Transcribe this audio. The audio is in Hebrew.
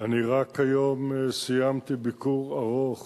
אני רק היום סיימתי ביקור ארוך